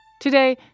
Today